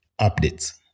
updates